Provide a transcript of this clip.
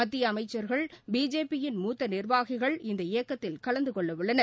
மத்திய அமைச்சர்கள் பிஜேபி யின் மூத்த நிர்வாகிகள் இந்த இயக்கத்தில் கலந்துகொள்ளவுள்ளனர்